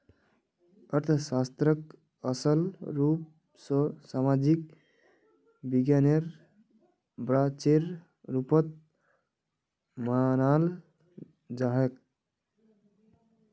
अर्थशास्त्रक असल रूप स सामाजिक विज्ञानेर ब्रांचेर रुपत मनाल जाछेक